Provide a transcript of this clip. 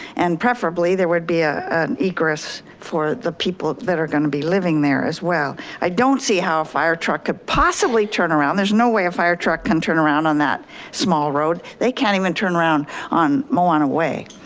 and preferably there would be ah an egress for the people that are gonna be living there as well. i don't see how a firetruck could ah possibly turn around. there's no way a firetruck can turn around on that small road. they can't even turn around on milano way,